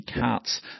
cats